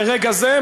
לרגע זה,